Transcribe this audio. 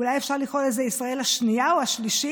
אולי אפשר לקרוא לזה ישראל השנייה או השלישית?